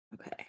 Okay